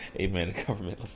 amen